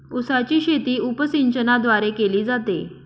उसाची शेती उपसिंचनाद्वारे केली जाते